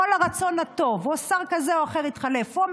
עם כל הרצון הטוב, או ששר כזה או אחר יתחלף,